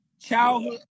Childhood